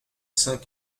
cinq